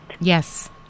Yes